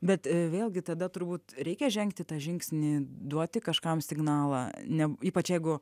bet vėlgi tada turbūt reikia žengti tą žingsnį duoti kažkam signalą ne ypač jeigu